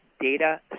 data